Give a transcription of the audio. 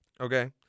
Okay